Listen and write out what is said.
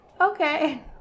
okay